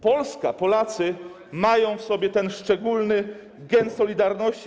Polska, Polacy mają w sobie ten szczególny gen solidarności.